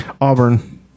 Auburn